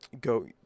go